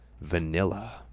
vanilla